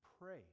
Pray